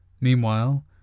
Meanwhile